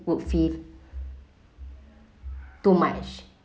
would feel too much